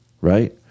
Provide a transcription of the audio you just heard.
right